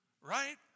Right